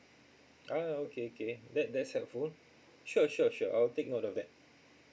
ah okay K that that's helpful sure sure sure I'll take note of that